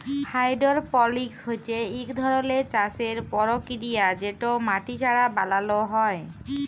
hydroponics হছে ইক ধরলের চাষের পরকিরিয়া যেট মাটি ছাড়া বালালো হ্যয়